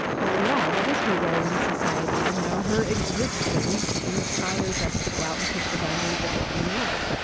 well, yeah, what is her role in society? you know her existence inspires us to go out and push the boundaries of what we know.